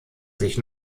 sich